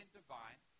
divine